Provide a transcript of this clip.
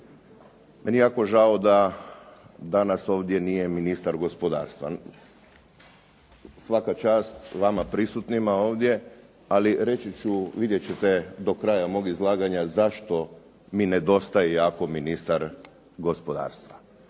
je jako žao da danas ovdje nije ministar gospodarstva. Svaka čast vama prisutnima ovdje, ali reći ću, vidjeti ćete do kraja mog izlaganja zašto mi nedostaje jako ministar gospodarstva.